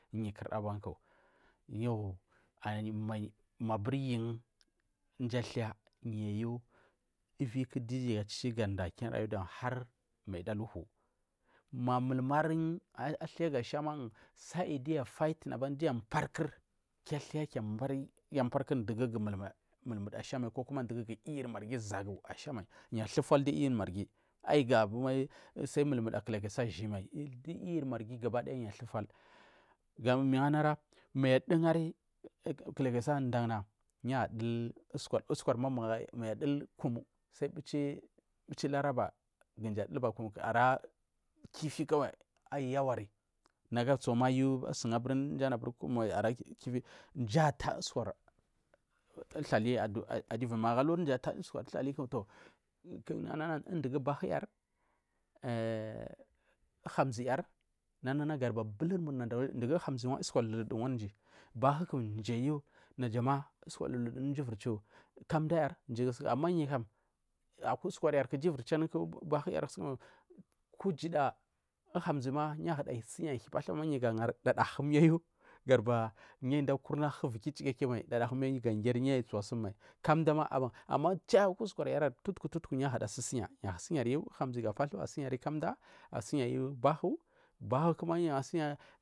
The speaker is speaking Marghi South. Yu kurda abanku yo ayi mai abur yugu mji athai du iviku du chibirgada har maida aluhu ma atka ashama saigul athaiga fighting akurmal aparkur kiu abari du mulmu muda ashamai yiyir marghi zagu ya thufal du yiyir marghi augabur sal mulmuda kilakisa mai du yiyir marghi kabadaya yu athufal gamigu anara mayu admgari ndari kilakisa ndan nay u a dul asukwar mal sal kum sai bichi laraba kumji dulba kum ara kifi kawal ara yawari nagu atsugu ayu sugu buri kum mai ara mji a tar usukwar uthalimal adiviu mai magu uli usukwar uthali to dugu bahu yar ai hamziyar nanana gadubari bulmur yar hamzi uwa usukwar luludu wadumji bahuku mji ayu naja usukwar luludu mji ivir chu kamda yar mji ama yuk am akwa usukwar yarku du vir chu anugukam babuyar kujida uhamzi yahuda sinyahi pathu ama yuga gari ndadahu umiayu gadubari yu da kuna hu ivu ki chachamai ndadahu wu mayu yu suwa sum mai kamda ma aban cha aku usukwanari tutuku yu ahura sinya asinyaryu uhamzi hi pathu asinyaryu kamda asinyaryu bahu kokuma bahu kuma.